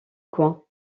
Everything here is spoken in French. coin